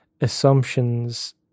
assumptions